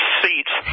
seats